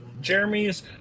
Jeremy's